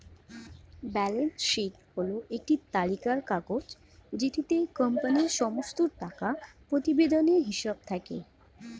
balance sheet হল একটি তালিকার কাগজ যেটিতে কোম্পানির সমস্ত টাকা প্রতিবেদনের হিসেব থাকে